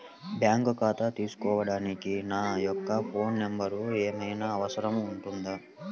Bank ఖాతా తీసుకోవడానికి నా యొక్క ఫోన్ నెంబర్ ఏమైనా అవసరం అవుతుందా?